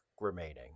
remaining